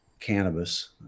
cannabis